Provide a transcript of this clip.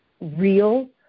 real